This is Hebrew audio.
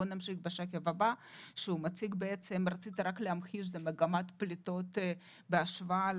השקף הבא ממחיש את מגמת הפליטות בהשוואה